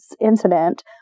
incident